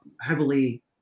heavily